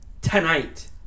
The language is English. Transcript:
tonight